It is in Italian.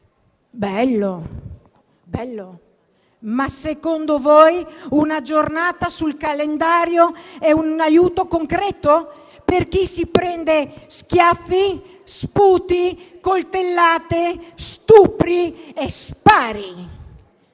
Bello! Ma secondo voi una giornata sul calendario è un aiuto concreto per chi si prende schiaffi, sputi, coltellate, stupri e spari?